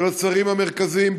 של השרים המרכזיים,